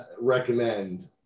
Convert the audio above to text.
recommend